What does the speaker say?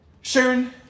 Sharon